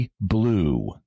blue